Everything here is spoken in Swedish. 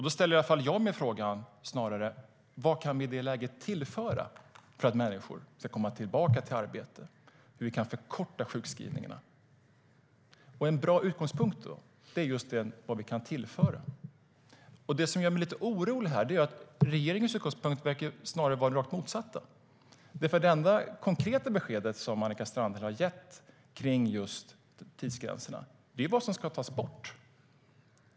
Då ställer i alla fall jag mig frågan: Vad kan vi i det läget tillföra för att människor ska komma tillbaka i arbete? Hur kan vi förkorta sjukskrivningarna? En bra utgångspunkt är vad vi kan tillföra. Det som gör mig lite orolig är att regeringens utgångspunkt snarare verkar var den rakt motsatta. Den enda konkreta besked som Annika Strandhäll har gett om tidsgränserna är vad som ska tas bort.